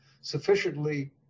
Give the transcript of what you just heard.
sufficiently